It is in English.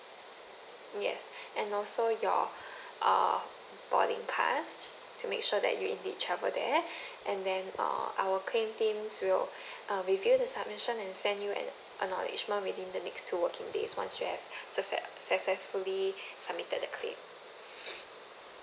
yes and also your err boarding pass to make sure that you indeed travel there and then uh our claim teams will uh review the submission and send you an acknowledgement within the next two working days once you have succe~ successfully submitted the claim